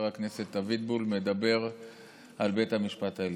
הכנסת אבוטבול מדבר על בית המשפט העליון.